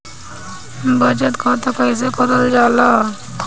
बचत खाता कइसे खोलल जाला?